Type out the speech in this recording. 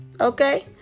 Okay